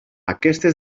aquestes